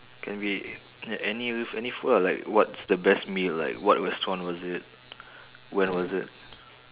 can be any any food lah like what's the best meal like what restaurant was it when was it